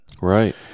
right